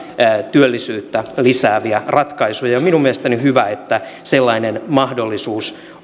työllisyyttä lisääviä ratkaisuja minun mielestäni on hyvä että sellainen mahdollisuus